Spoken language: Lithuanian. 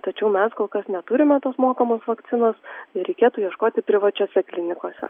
tačiau mes kol kas neturime tos mokamos vakcinos reikėtų ieškoti privačiose klinikose